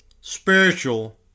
spiritual